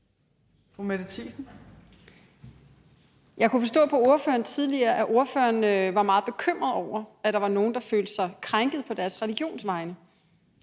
Jeg kunne forstå på ordføreren tidligere, at ordføreren var meget bekymret over, at der var nogle, der følte sig krænket på deres religions vegne.